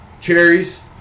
Cherries